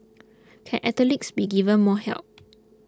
can athletes be given more help